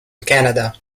canada